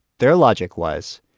their logic was,